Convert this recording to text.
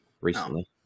recently